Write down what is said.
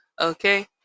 okay